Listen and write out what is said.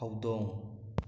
ꯍꯧꯗꯣꯡ